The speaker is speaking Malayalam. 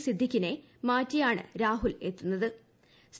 സിദ്ദിഖിനെ മാറ്റിയാണ് രാഹുൽ എത്തുന്നുത്ര്